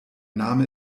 name